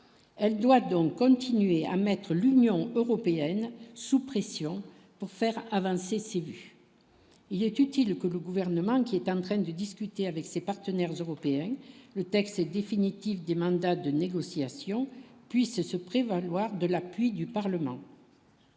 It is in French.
elle doit donc continuer à mettre l'Union européenne sous pression pour faire avancer ses vues, il est utile que le gouvernement qui est en train de discuter avec ses partenaires européens, le texte définitif du mandat de négociation puisse se prévaloir de l'appui du Parlement,